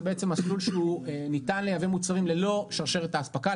זה בעצם מסלול שניתן לייבא מוצרים ללא שרשרת אספקה,